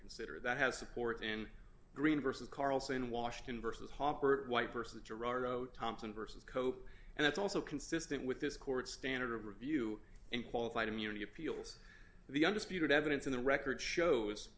consider that has support in green versus carlson washington versus hopper white versus gerardo thompson versus coke and that's also consistent with this court's standard of review and qualified immunity appeals the undisputed evidence in the record shows